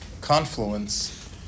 confluence